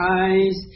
eyes